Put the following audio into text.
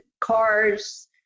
cars